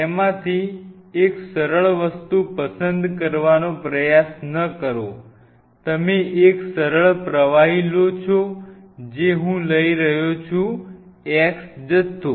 તેમાંથી એક સરળ વસ્તુ પસંદ કરવાનો પ્રયાસ ન કરો તમે એક સરળ પ્રવાહી લો છો જે હું લઈ રહ્યો છું x જથ્થો